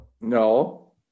No